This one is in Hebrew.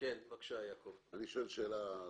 מבקש לשאול שאלה.